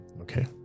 Okay